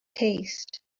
taste